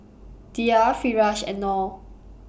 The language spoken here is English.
Dhia Firash and Noh